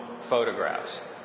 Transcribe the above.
photographs